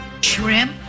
Shrimp